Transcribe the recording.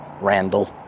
Randall